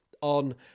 on